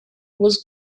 was